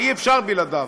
שאי-אפשר בלעדיו,